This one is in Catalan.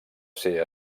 ser